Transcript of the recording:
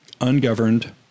ungoverned